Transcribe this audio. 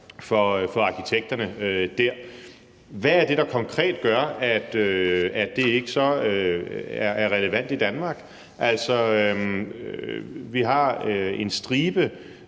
for arkitekterne der. Hvad er det, der konkret gør, at det så ikke er relevant i Danmark? Altså, vi har en stribe